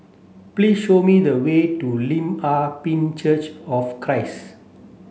please show me the way to Lim Ah Pin Church of Christ